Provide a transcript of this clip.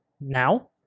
now